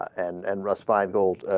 and and russ feingold